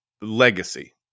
legacy